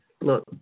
Look